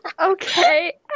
Okay